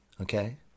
okay